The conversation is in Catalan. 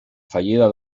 fallida